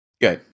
Good